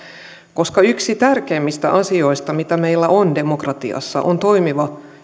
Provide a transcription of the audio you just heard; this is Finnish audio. koska yksi tärkeimmistä asioista mitä meillä on demokratiassa on toimiva